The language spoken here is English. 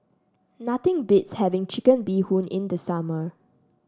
nothing beats having Chicken Bee Hoon in the summer